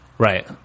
Right